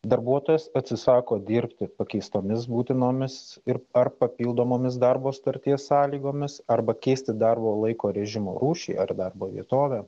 darbuotojas atsisako dirbti pakeistomis būtinomis ir ar papildomomis darbo sutarties sąlygomis arba keisti darbo laiko režimo rūšį ar darbo vietovę